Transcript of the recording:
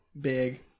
big